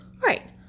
Right